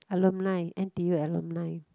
alumni N_T_U alumni